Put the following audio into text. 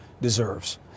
deserves